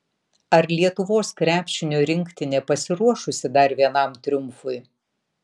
ar lietuvos krepšinio rinktinė pasiruošusi dar vienam triumfui